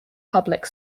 public